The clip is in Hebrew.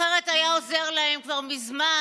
אחרת היה עוזר להם כבר מזמן,